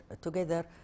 together